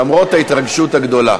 למרות ההתרגשות הגדולה.